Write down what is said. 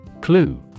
Clue